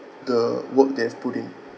the work they've put in